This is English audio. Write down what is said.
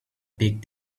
big